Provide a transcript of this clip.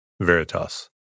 veritas